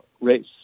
race